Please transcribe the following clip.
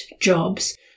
jobs